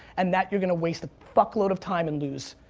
and that you're going to waste a fuckload of time and lose.